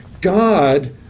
God